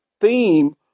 theme